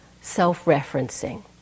self-referencing